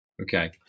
okay